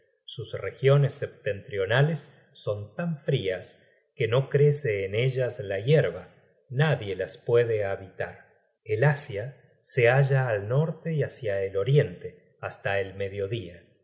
sus regiones septentrionales son tan frias que no crece en ellas la yerba nadie las puede habitar el asia se halla al norte y hácia el oriente hasta el mediodía